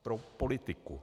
Pro politiku.